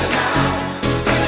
now